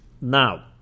Now